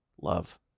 love